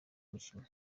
mikino